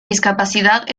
discapacidad